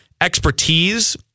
Expertise